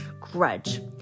Grudge